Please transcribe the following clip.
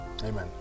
Amen